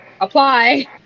apply